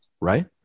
right